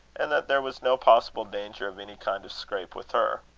and that there was no possible danger of any kind of scrape with her.